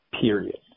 period